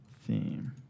theme